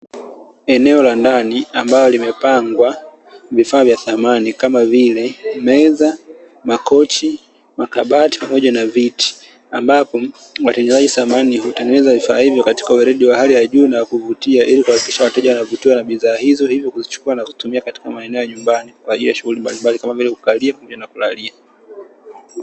Eneo la ndani ambalo limepangwa vifaa vya samani, kama vile: meza, makochi, makabati pamoja na viti, ambapo watengenezaji wa samani hutengeneza vifaa hivyo katika weledi wa hali ya juu na kuvutia ili kuhakikisha wateja wanavutiwa na bidhaa hizo hivyo kuzichukua na kutumia katika maeneo ya nyumbani, kwa ajili ya shughuli mbalimbali kama vile kukalia pamoja na kulalia.